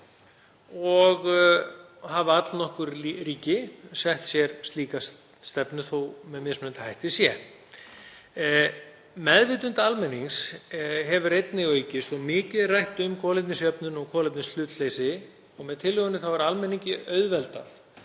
og hafa allnokkur ríki sett sér slíka stefnu þótt með mismunandi hætti sé. Meðvitund almennings hefur einnig aukist. Mikið er rætt um kolefnisjöfnun og kolefnishlutleysi. Með tillögunni er almenningi auðveldað